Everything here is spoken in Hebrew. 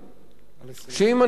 שאם אנחנו לא נעשה